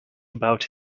about